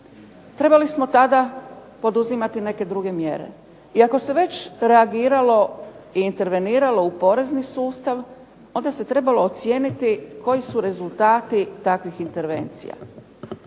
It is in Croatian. trebali smo tada poduzimati neke druge mjere, i ako se već reagiralo i interveniralo u porezni sustav onda se trebalo ocijeniti koji su rezultati takvih intervencija.